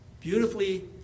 beautifully